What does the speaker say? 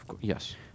Yes